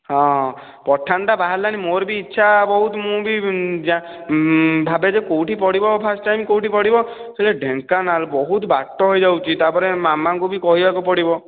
ହଁ ପଠାନ୍ଟା ବାହାରିଲାଣି ମୋର ବି ଇଛା ବହୁତ ମୁଁ ବି ଭାବେ ଯେ କେଉଁଠି ପଡ଼ିବ ଫାଷ୍ଟ୍ ଟାଇମ୍ କେଉଁଠି ପଡ଼ିବ ସେଇଟା ଢେଙ୍କାନାଳ ବହୁତ ବାଟ ହୋଇଯାଉଛି ତା'ପରେ ମାମାଙ୍କୁ ବି କହିବାକୁ ପଡ଼ିବ